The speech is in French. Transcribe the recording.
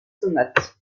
sonate